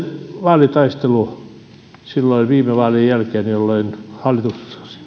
vaalitaistelu silloin viime vaalien jälkeen jolloin hallitus